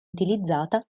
utilizzata